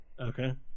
Okay